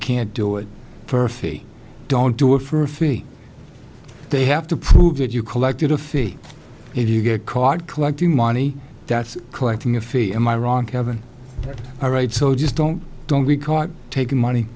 can't do it for a fee don't do it for a fee they have to prove that you collected a fee if you get caught collecting money that's collecting a fee am i wrong all right so just don't don't we caught taking money